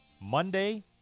Monday